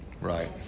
right